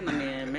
כן, האמת